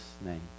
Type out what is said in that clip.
name